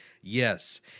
Yes